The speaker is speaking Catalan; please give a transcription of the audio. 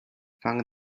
fang